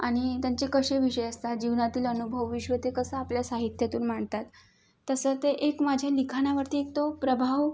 आणि त्यांचे कसे विषय असतात जीवनातील अनुभवविश्व ते कसं आपल्या साहित्यातून मांडतात तसं ते एक माझ्या लिखाणावरती एक तो प्रभाव